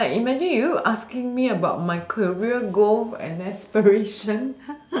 like imagine you asking me about my career goals and aspirations